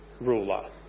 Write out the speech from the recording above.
ruler